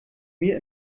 mir